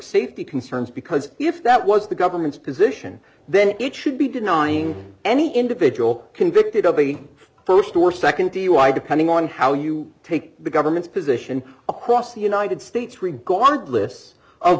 safety concerns because if that was the government's position then it should be denying any individual convicted of being a st or nd dui depending on how you take the governments position across the united states regardless of